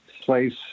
place